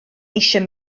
eisiau